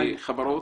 או בחברות?